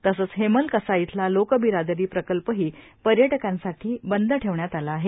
तसंच हेमल कसा इथला लोकबिरादरी प्रकल्पही पर्यटकांसाठी बंद ठेवण्यात आला आहे